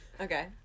okay